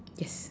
yes